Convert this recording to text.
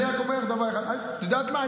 אני רק אומר דבר אחד, את יודעת מה?